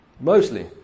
Mostly